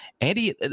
Andy